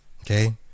Okay